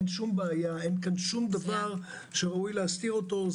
אין פה שום דבר שראוי להסתיר אותו.